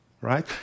right